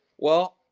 well,